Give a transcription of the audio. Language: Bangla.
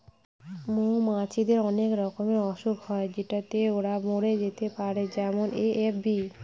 মৌমাছিদের অনেক রকমের অসুখ হয় যেটাতে ওরা মরে যেতে পারে যেমন এ.এফ.বি